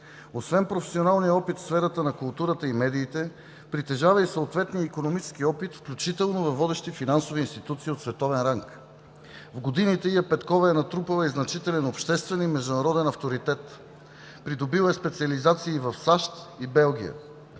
Освен професионалния опит в сферата на културата и медиите, притежава и съответния икономически опит, включително във водещи финансови институции от световен ранг. В годините Ия Петкова е натрупала значителен обществен и международен авторитет. Придобила е специализации в САЩ и Белгия.